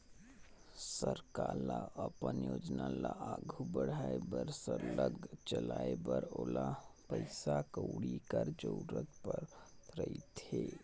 सरकार ल अपन योजना ल आघु बढ़ाए बर सरलग चलाए बर ओला पइसा कउड़ी कर जरूरत परत रहथे